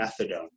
methadone